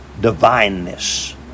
divineness